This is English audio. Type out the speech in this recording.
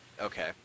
Okay